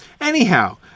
Anyhow